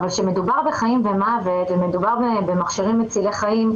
אבל כשמדובר בחיים ומוות ומדובר במכשירים מצילי חיים,